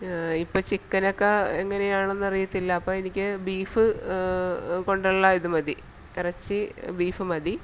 ഇപ്പോള് ചിക്കനൊക്കെ എങ്ങനെയാണന്നറിയത്തില്ല അപ്പോള് എനിക്ക് ബീഫ് കൊണ്ടുള്ള ഇത് മതി ഇറച്ചി ബീഫ് മതി